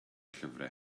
llyfrau